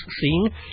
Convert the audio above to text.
seen